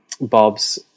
bob's